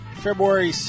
February